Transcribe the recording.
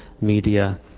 media